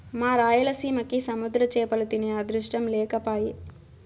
మా రాయలసీమకి సముద్ర చేపలు తినే అదృష్టం లేకపాయె